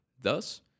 Thus